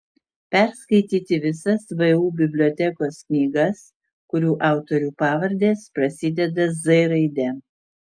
perskaityti visas vu bibliotekos knygas kurių autorių pavardės prasideda z raide